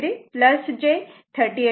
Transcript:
47 sin 59